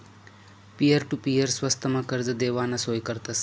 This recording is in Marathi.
पिअर टु पीअर स्वस्तमा कर्ज देवाना सोय करतस